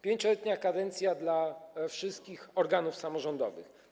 5-letnia kadencja dla wszystkich organów samorządowych.